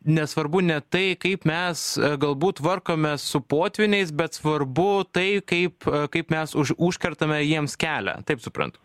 nesvarbu ne tai kaip mes galbūt tvarkomės su potvyniais bet svarbu tai kaip kaip mes užkertame jiems kelią taip suprantu